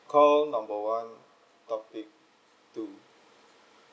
call number one topic two